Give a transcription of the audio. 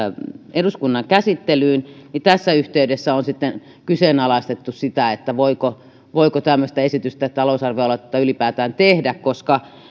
eduskunnan käsittelyyn niin tässä yhteydessä on kyseenalaistettu sitä voiko voiko tämmöistä esitystä talousarvioaloitetta ylipäätään tehdä koska